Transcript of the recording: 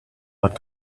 that